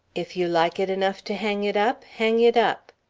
if you like it enough to hang it up, hang it up.